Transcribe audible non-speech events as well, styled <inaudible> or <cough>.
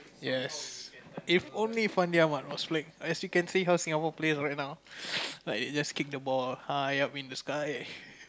yes if only Fandi Ahmad was playing as you can see how Singapore play right now <noise> like just kick the ball high up in the sky